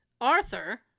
Arthur